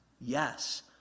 Yes